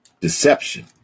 deception